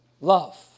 love